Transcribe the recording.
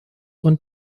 und